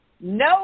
No